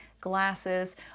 glasses